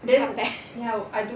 what the he~